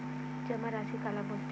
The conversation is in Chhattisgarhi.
जमा राशि काला बोलथे?